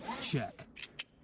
Check